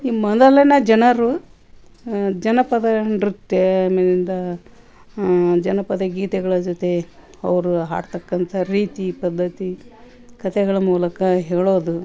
ಈ ಮೊದಲನೆ ಜನರು ಜನಪದ ನೃತ್ಯ ಆಮೇಲಿಂದ ಜನಪದ ಗೀತೆಗಳ ಜೊತೆ ಅವರು ಹಾಡತಕ್ಕಂಥ ರೀತಿ ಪದ್ಧತಿ ಕಥೆಗಳ ಮೂಲಕ ಹೇಳೋದು